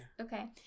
Okay